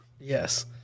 Yes